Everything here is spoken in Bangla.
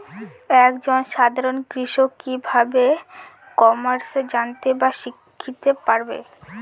এক জন সাধারন কৃষক কি ভাবে ই কমার্সে জানতে বা শিক্ষতে পারে?